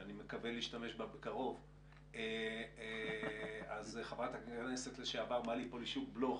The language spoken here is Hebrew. - שאני מקווה להשתמש בה בקרוב - חברת הכנסת לשעבר מלי פולישוק-בלוך,